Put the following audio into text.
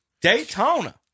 Daytona